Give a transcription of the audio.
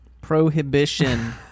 prohibition